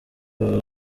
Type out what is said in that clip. baba